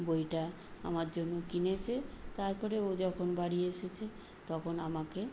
বইটা আমার জন্য কিনেচে তারপরে ও যখন বাড়ি এসেছে তখন আমাকে